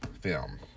film